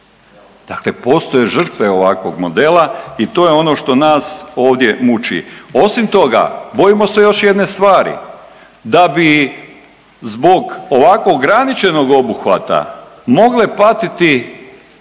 dakle postoje žrtve ovakvog modela i to je ono što nas ovdje muči. Osim toga bojimo se još jedne stvari da bi zbog ovako ograničenog obuhvata mogle patiti u